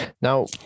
Now